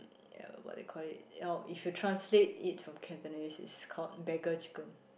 mm uh what they call it oh if you translate it in Cantonese is called beggar chicken